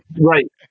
Right